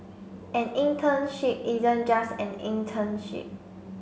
an internship isn't just an internship